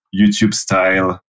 YouTube-style